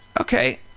Okay